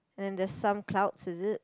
and there's some clouds is it